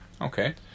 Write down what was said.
Okay